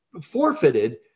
forfeited